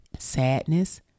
sadness